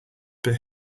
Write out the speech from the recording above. but